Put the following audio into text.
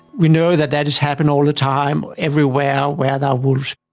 we know that that has happened all the time everywhere where there are wolves.